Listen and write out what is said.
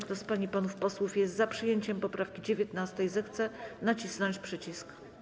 Kto z pań i panów posłów jest za przyjęciem poprawki 19., zechce nacisnąć przycisk.